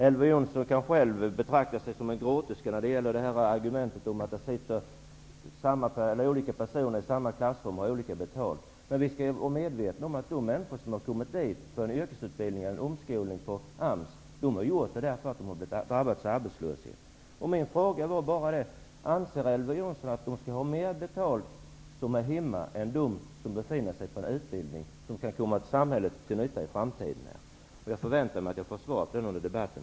Elver Jonsson kan själv betrakta sig som en gråterska när det gäller argumentet om att olika personer i samma klassrum har olika mycket betalt. Vi skall vara medvetna om att de som har kommit till AMS för en yrkesutbildning eller omskolning har gjort det därför att de har drabbats av arbetslöshet. Jag vill fråga Elver Jonsson: Anser Elver Jonsson att de som är hemma skall ha mer betalt än de som genomgår en utbildning som kan komma samhället till nytta i framtiden? Jag förväntar mig ett svar under debatten.